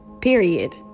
period